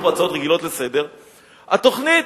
התוכנית,